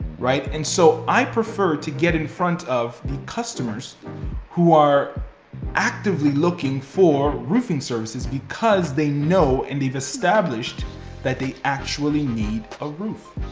right? and so i prefer to get in front of the customers who are actively looking for roofing services, because they know and they've established that they actually need a roof.